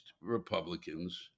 republicans